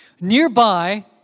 Nearby